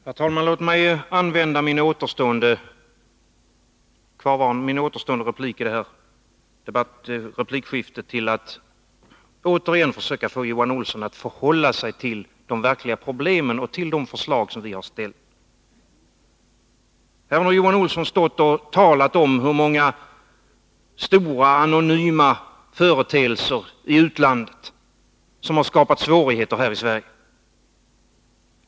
Herr talman! Låt mig använda min återstående replik i detta replikskifte till att återigen försöka få Johan Olsson att hålla sig till de verkliga problemen och de förslag som vi har framställt. Johan Olsson har här stått och talat om hur många stora, anonyma företeelser i utlandet som har skapat svårigheter här i Sverige.